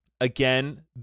Again